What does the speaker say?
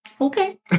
Okay